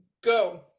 go